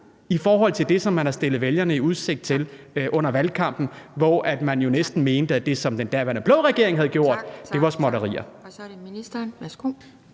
i forhold til det, som man har stillet vælgerne i udsigt under valgkampen, hvor man jo næsten mente, at det, som den daværende blå regering havde gjort, var småtterier.